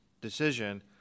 decision